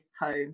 home